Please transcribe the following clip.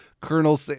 Colonel